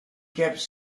keeps